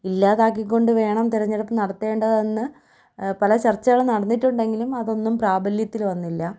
ഇല്ലാതാക്കിക്കൊണ്ട് വേണം തിരഞ്ഞെടുപ്പ് നടത്തേണ്ടതെന്ന് പല ചർച്ചകളും നടന്നിട്ടുണ്ടെങ്കിലും അതൊന്നും പ്രാബല്യത്തിൽ വന്നില്ല